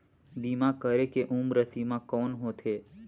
बीमा करे के उम्र सीमा कौन होथे?